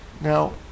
Now